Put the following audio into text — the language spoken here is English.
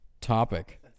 topic